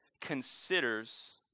considers